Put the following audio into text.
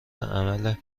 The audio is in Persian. عمل